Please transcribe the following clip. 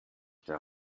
der